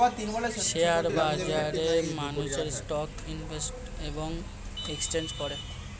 share বাজারে মানুষেরা stock invest এবং এক্সচেঞ্জ করে